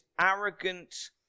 arrogant